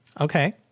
Okay